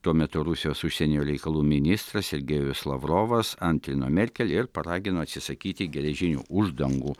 tuo metu rusijos užsienio reikalų ministras sergėjus lavrovas antrino merkel ir paragino atsisakyti geležinių uždangų